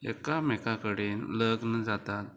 एकामेका कडेन लग्न जातात